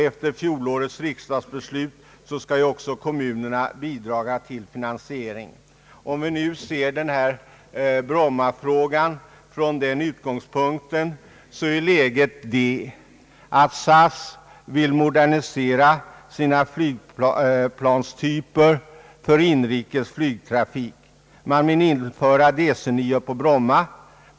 Efter fjolårets riksdagsbeslut skall också kommunerna bidraga till finansieringen. Om vi nu ser Brommafrågan från den utgångspunkten så är läget det, att SAS vill modernisera sina flygplanstyper för inrikes flygtrafik. Man vill införa DC-9 på Bromma.